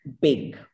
big